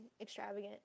extravagant